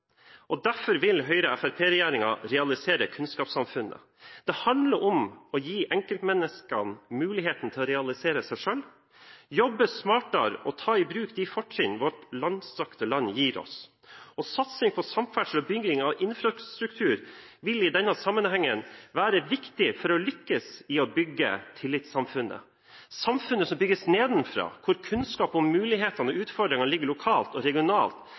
og derfor vil Høyre–Fremskrittsparti-regjeringen realisere kunnskapssamfunnet. Det handler om å gi enkeltmenneskene muligheten til å realisere seg selv, jobbe smartere og ta i bruk de fortrinn vårt langstrakte land gir oss. Satsing på samferdsel og bygging av infrastruktur vil i denne sammenhengen være viktig for å lykkes med å bygge tillitssamfunnet – samfunnet som bygges nedenfra, hvor kunnskapen om mulighetene og utfordringene ligger lokalt og regionalt,